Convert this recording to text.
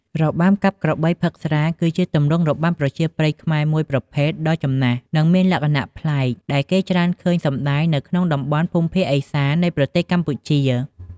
របាំកាប់ក្របីផឹកស្រា គឺជាទម្រង់របាំប្រជាប្រិយខ្មែរមួយប្រភេទដ៏ចំណាស់ និងមានលក្ខណៈប្លែក ដែលគេច្រើនឃើញសម្តែងនៅក្នុងតំបន់ភូមិភាគឦសាន្តនៃប្រទេសកម្ពុជា។